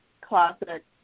classic